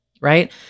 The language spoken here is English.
right